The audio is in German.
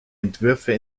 entwürfe